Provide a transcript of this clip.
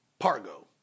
Pargo